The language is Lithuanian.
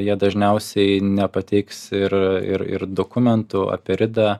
jie dažniausiai nepateiks ir ir ir dokumentų apie ridą